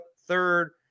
third